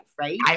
right